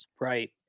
Right